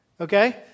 okay